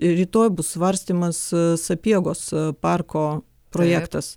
rytoj bus svarstymas sapiegos parko projektas